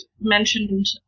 mentioned